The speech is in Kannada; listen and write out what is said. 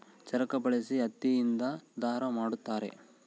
ಚರಕ ಬಳಸಿ ಹತ್ತಿ ಇಂದ ದಾರ ಮಾಡುತ್ತಾರೆ